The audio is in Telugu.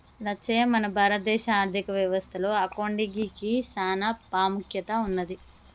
లచ్చయ్య మన భారత దేశ ఆర్థిక వ్యవస్థ లో అకౌంటిగ్కి సాన పాముఖ్యత ఉన్నది